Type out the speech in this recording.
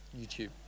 YouTube